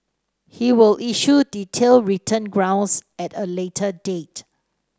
he will issue detailed written grounds at a later date